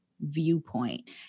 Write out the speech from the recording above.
viewpoint